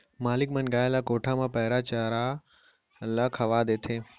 मालिक मन गाय ल कोठा म पैरा चारा ल खवा देथे